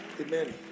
Amen